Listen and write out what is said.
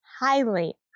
highly